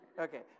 Okay